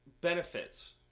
benefits